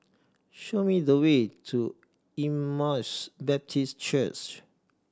show me the way to Emmaus Baptist